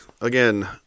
Again